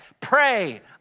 pray